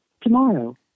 tomorrow